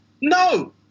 no